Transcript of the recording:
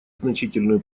значительную